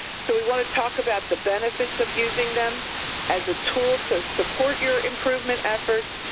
so we want to talk about the benefits of using them as a tool to support your improvement efforts.